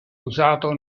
usato